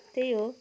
त्यही हो